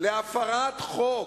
להפרת חוק,